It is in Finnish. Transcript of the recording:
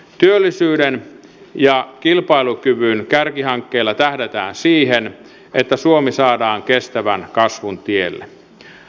työllisyyden ja kilpailukyvyn kärkihankkeilla tähdätään siihen että suomi saadaan kestävän kasvun tielle